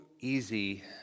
easy